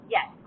Yes